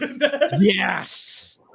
Yes